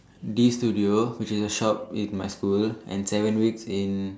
this studio which is a shop in my school and seven weeks in